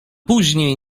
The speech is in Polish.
później